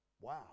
wow